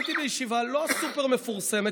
הייתי בישיבה לא סופר-מפורסמת,